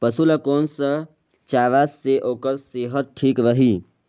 पशु ला कोन स चारा से ओकर सेहत ठीक रही?